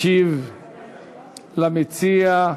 ישיב למציע.